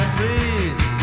please